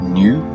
new